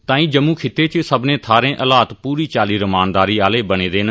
ताई जम्मू खित्ते च सब्मनें थाहरें हालात पूरी चाल्ली रमानदारी आह्ले बने दे न